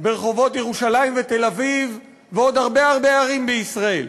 ברחובות ירושלים ותל-אביב ועוד הרבה הרבה ערים בישראל.